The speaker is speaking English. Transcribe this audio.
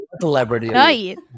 celebrity